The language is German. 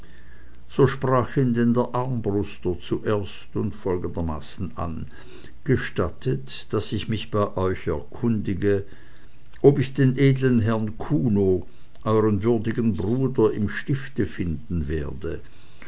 so sprach ihn denn der armbruster zuerst und folgendermaßen an gestattet das ich mich bei euch erkundige ob ich den edeln herrn kuno euern würdigen bruder im stifte finden werde